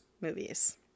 movies